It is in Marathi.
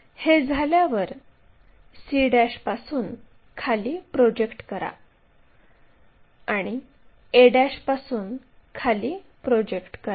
हे झाल्यावर c पासून खाली प्रोजेक्ट करा आणि a पासून खाली प्रोजेक्ट करा